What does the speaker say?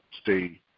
stay